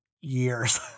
years